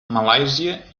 malàisia